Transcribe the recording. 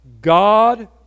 God